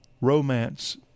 romance